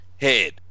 head